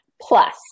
Plus